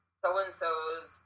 so-and-so's